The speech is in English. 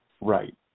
Right